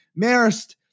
Marist